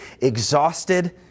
exhausted